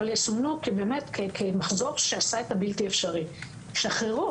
אבל יסומנו כמחזור שעשה את הבלתי אפשרי - שחררו.